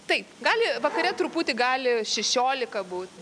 taip gali vakare truputį gali šešiolika būt